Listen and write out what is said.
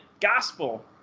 gospel